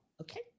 Okay